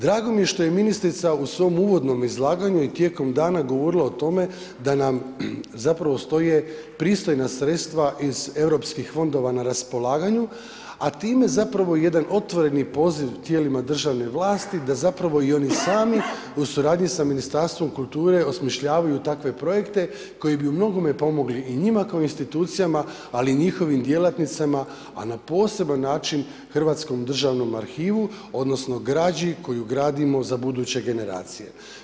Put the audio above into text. Drago mi je što je ministrica u svom uvodnome izlaganju i tijekom dana govorila o tome da nam zapravo stoje pristojna sredstva iz Europskih fondova na raspolaganju, a time zapravo jedan otvoreni poziv tijelima državne vlasti, da zapravo i oni sami u suradnji sa Ministarstvom kulture osmišljavaju takve projekte koji bi umnogome pomogli i njima kao institucijama, ali i njihovim djelatnicima a na poseban način Državnom arhivu, odnosno građi koju gradimo za buduće generacije.